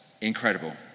incredible